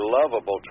lovable